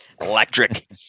electric